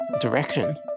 direction